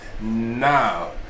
Now